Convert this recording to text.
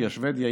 שבדיה,